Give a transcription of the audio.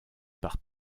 par